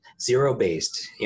zero-based